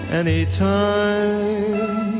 anytime